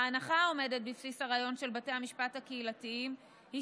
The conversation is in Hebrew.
ההנחה העומדת בבסיס הרעיון של בתי המשפט הקהילתיים היא